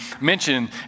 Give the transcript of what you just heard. mentioned